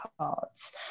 cards